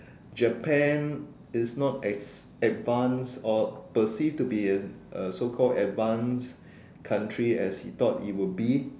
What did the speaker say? Japan is not as advance or perceive to be an a so called advance country as he thought it would be